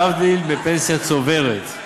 להבדיל מפנסיה צוברת,